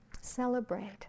Celebrate